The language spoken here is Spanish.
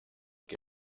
que